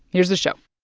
here's the show